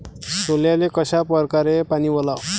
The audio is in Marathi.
सोल्याले कशा परकारे पानी वलाव?